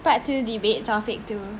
part two debate topic two